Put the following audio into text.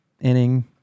inning